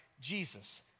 Jesus